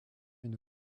une